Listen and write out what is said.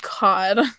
god